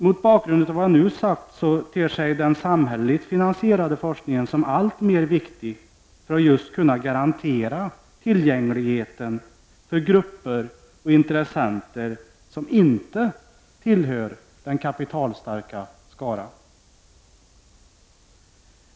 Mot bakgrund av vad jag nu har sagt ter sig den samhälleligt finansierade forskningen som alltmer viktig för att tillgängligheten för grupper och intressenter som inte tillhör den kapitalstarka skaran skall kunna garanteras.